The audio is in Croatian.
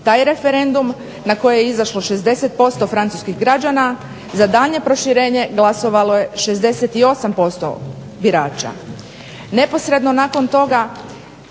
Taj referendum na koji je izašlo 60% francuskih građana za daljnje proširenje glasovalo je 68% birača.